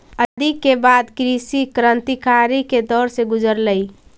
आज़ादी के बाद कृषि क्रन्तिकारी के दौर से गुज़ारलई